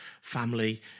family